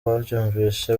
babyumvise